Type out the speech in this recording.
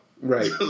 right